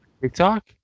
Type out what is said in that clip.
TikTok